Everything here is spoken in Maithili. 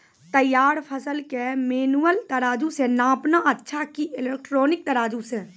तैयार फसल के मेनुअल तराजु से नापना अच्छा कि इलेक्ट्रॉनिक तराजु से?